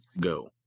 go